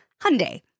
Hyundai